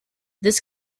this